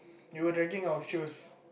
we were dragging our shoes